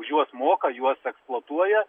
už juos moka juos eksplotuoja